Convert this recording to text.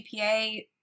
GPA